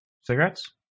cigarettes